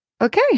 Okay